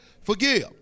forgive